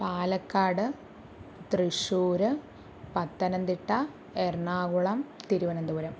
Palakkad Thrissur Pathanamthitta Ernakulam Thiruvananthapuram